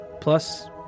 Plus